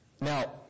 Now